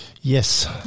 Yes